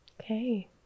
Okay